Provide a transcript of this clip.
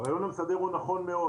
הרעיון המסדר הוא נכון מאוד,